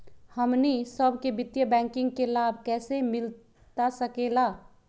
हमनी सबके वित्तीय बैंकिंग के लाभ कैसे मिलता सके ला?